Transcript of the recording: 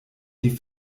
die